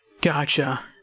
gotcha